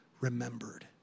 remembered